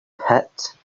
pit